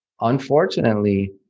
unfortunately